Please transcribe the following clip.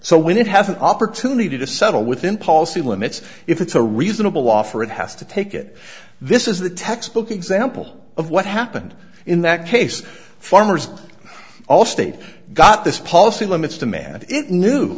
so when it has an opportunity to settle within policy limits if it's a reasonable offer it has to take it this is the textbook example of what happened in that case farmers allstate got this policy limits demand